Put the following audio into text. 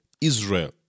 Israel